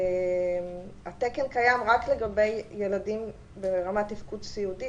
התקן קיים רק לגבי ילדים ברמת תפקוד סיעודית